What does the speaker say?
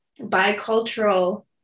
bicultural